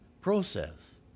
process